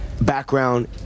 background